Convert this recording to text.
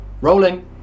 rolling